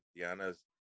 diana's